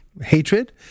hatred